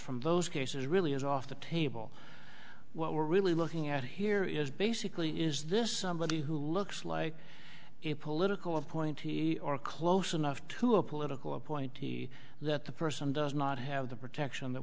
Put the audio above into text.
from those cases really is off the table what we're really looking at here is basically is this somebody who looks like it political appointee or close enough to a political appointee that the person does not have the protection that